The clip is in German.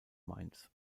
mainz